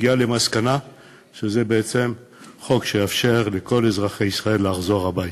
הגיעה למסקנה שזה בעצם חוק שיאפשר לכל אזרחי ישראל לחזור הביתה.